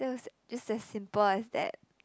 that was just as simple as that